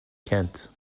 kent